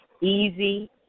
easy